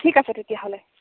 ঠিক আছে তেতিয়াহ'লে